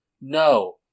No